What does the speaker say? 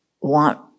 want